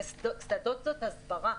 קסדות זאת הסברה.